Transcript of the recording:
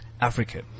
Africa